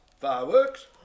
Fireworks